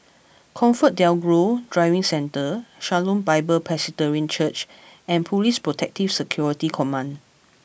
Comfort DelGro Driving Centre Shalom Bible Presbyterian Church and Police Protective Security Command